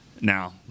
now